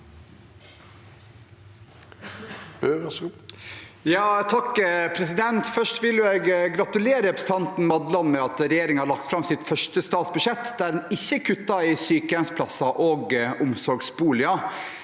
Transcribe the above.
(H) Først vil jeg gra- tulere representanten Madland med at regjeringen har lagt fram sitt første statsbudsjett hvor de ikke kutter i sykehjemsplasser og omsorgsboliger.